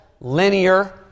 linear